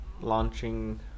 launching